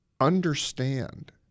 understand